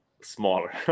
smaller